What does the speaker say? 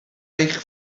eich